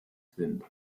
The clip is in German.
sind